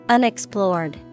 Unexplored